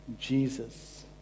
Jesus